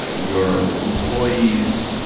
ah your employees,